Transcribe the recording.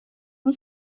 اون